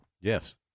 Yes